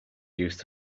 used